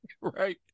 Right